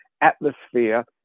atmosphere